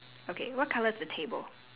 okay what colour is the table